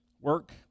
work